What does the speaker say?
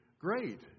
great